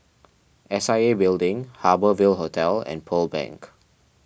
S I A Building Harbour Ville Hotel and Pearl Bank